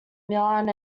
milan